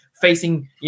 facing